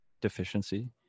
deficiency